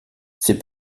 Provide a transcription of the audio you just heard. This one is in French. c’est